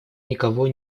никого